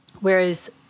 Whereas